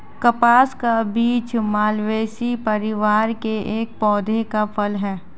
कपास का बीज मालवेसी परिवार के एक पौधे का फल है